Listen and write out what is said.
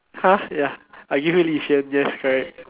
!huh! ya I give you li-xuan yes correct